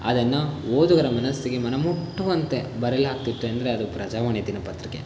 ಅದನ್ನು ಓದುಗರ ಮನಸ್ಸಿಗೆ ಮನ ಮುಟ್ಟುವಂತೆ ಬರೆಯಲಾಗ್ತಿತ್ತು ಅಂದರೆ ಅದು ಪ್ರಜಾವಾಣಿ ದಿನಪತ್ರಿಕೆ